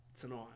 tonight